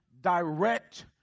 direct